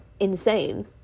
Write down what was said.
insane